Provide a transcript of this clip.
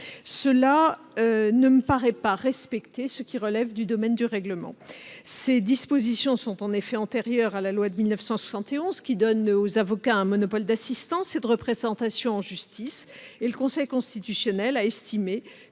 cela ne me paraît pas respecter ce qui relève du domaine du règlement. De telles dispositions sont en effet antérieures à la loi de 1971, qui donne aux avocats un monopole d'assistance et de représentation en justice. Le Conseil constitutionnel a estimé